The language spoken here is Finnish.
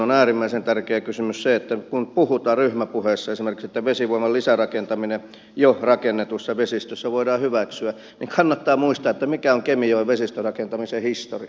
on äärimmäisen tärkeä kysymys se että kun puhutaan ryhmäpuheissa esimerkiksi että vesivoiman lisärakentaminen jo rakennetussa vesistössä voidaan hyväksyä niin kannattaa muistaa mikä on kemijoen vesistörakentamisen historia